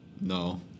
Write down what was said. No